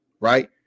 right